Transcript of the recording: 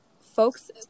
folks